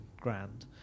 grand